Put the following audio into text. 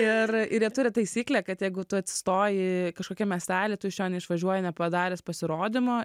ir ir jie turi taisyklę kad jeigu tu atsistoji kažkokiam miestelį tu iš jo neišvažiuoji nepadaręs pasirodymo